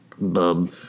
bub